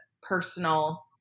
personal